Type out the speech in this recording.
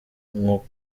nko